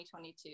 2022